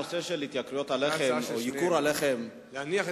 הנושא של התייקרויות הלחם או ייקור הלחם זה עניין